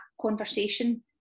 conversation